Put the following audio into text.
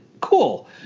Cool